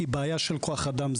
כי זו לא בעיה של כוח אדם.